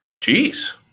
Jeez